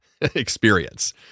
experience